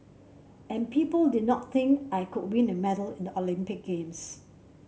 and people did not think I could win a medal in the Olympic Games